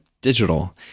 digital